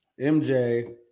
MJ